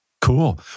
cool